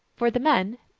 for the men,